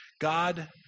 God